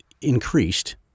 increased